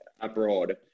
abroad